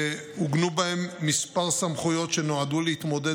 ועוגנו בהן כמה סמכויות שנועדו להתמודד